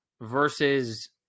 versus